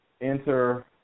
enter